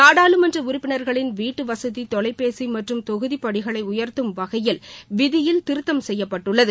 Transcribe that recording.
நாடாளுமன்ற உறுப்பினர்களின் வீட்டுவசதி தொலைபேசி மற்றும் தொகுதி படிகளுக்ளை உயர்த்தும் வகையில் விதிகளில் திருத்தம் செய்யப்பட்டுள்ளது